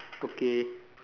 okay